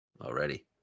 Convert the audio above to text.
Already